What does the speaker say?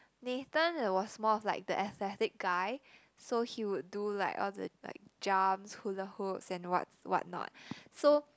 Nathan was more of like the athletic guy so he would do like all the like jumps hula-hoops and what what not so